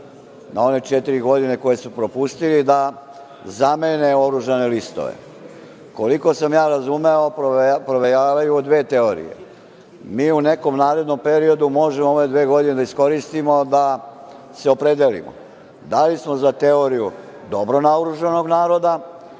na one četiri godine koje su propustili, da zamene oružane listove. Koliko sam razumeo, provejavaju dve teorije. Mi u nekom narednom periodu možemo ove dve godine da iskoristimo da se opredelimo da li smo za teoriju dobro naoružanog naroda